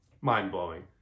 mind-blowing